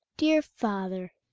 dear father,